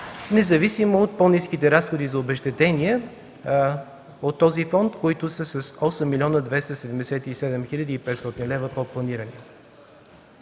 независимо от по-ниските разходи за обезщетение от този фонд, които са с 8 млн. 277 хил. и 500 лева под планираните.